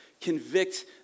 Convict